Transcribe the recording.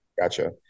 Gotcha